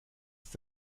ist